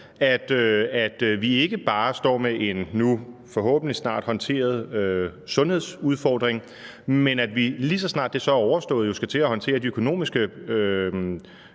at vi ikke bare står med en nu forhåbentlig snart håndteret sundhedsudfordring, men at vi, lige så snart det er overstået, skal til at håndtere de økonomiske